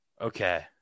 Okay